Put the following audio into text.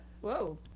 whoa